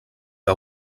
que